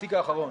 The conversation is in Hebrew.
האחרון?